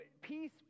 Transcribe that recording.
peace